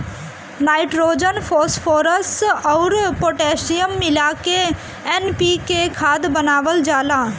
nitrogen, phosphorus अउर potassium मिला के एन.पी.के खाद बनावल जाला